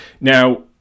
Now